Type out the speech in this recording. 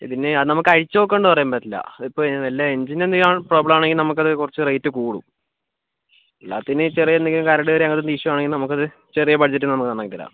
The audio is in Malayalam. ഇത് പിന്നെ അഴിച്ചു നോക്കാണ്ട് പറയാൻ പറ്റില്ല ഇതിപ്പോൾ എൻജിൻ്റെ എന്തെങ്കിലും പ്രോബ്ലം ആണെങ്കിൽ കുറച്ച് റേറ്റ് കൂടും അല്ലാതെ എന്തേലും കരട് കയറിയ ഇഷ്യൂ ആണെങ്കിൽ ചെറിയ ബഡ്ജറ്റിന് നമുക്ക് നന്നാക്കി തരാം